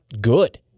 good